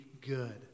good